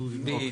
בדיוק.